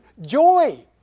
joy